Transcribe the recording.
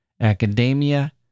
academia